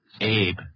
Abe